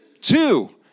two